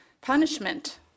punishment